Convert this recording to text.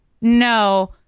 no